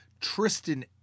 Tristan